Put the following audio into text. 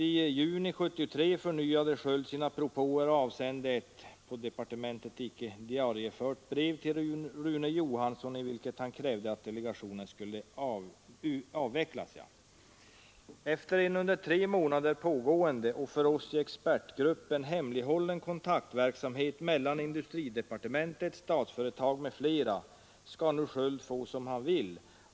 I juni 73 förnyade Sköld sina propåer och avsände ett brev till Rune Johansson i vilket han krävde att delegationen skulle avvecklas. Efter en under tre månader pågående kontaktverksamhet mellan Industridepartementet, Statsföretag m.fl. ska nu Sköld få som han vill.